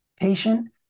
patient